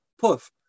poof